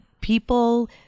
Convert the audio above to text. People